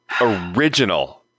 original